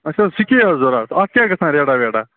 اَسہِ اوس سکیٹ ضوٚرتھ اتھ کیاہ گَژھان ریٹہ ویٹہ